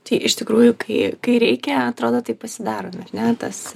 tai iš tikrųjų kai kai reikia atrodo tai pasidarom ar ne tas